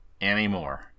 Anymore